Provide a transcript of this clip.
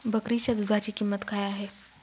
बकरीच्या दूधाची किंमत काय आहे?